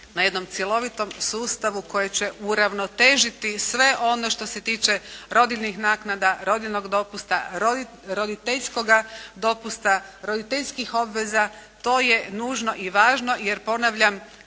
na jednom cjelovitom sustavu koji će uravnotežiti sve ono što se tiče rodiljnih naknada, rodiljnog dopusta, roditeljskoga dopusta, roditeljskih obveza. To je nužno i važno jer ponavljam